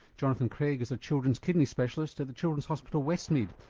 jonathan craig is a children's kidney specialist at the children's hospital, westmead,